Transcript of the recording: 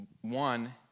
One